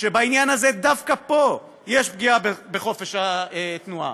ובעניין הזה, דווקא פה יש פגיעה בחופש התנועה